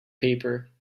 paper